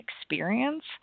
experience